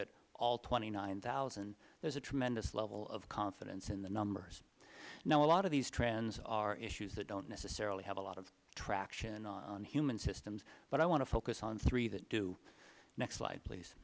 at all twenty nine thousand there is a tremendous level of confidence in the numbers now a lot of these trends are issues that don't necessarily have a lot of traction on human systems but i want to focus on three that do next slide please